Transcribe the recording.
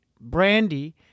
brandy